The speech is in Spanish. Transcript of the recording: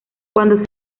cuando